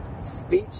Speech